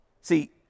See